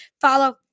follow